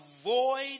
avoid